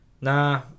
nah